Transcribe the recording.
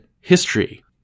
history